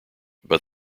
but